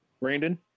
Brandon